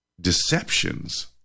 deceptions